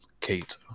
Kate